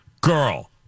girl